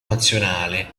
nazionale